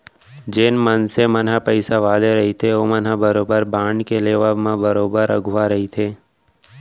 जेन मनसे मन ह पइसा वाले रहिथे ओमन ह बरोबर बांड के लेवब म बरोबर अघुवा रहिथे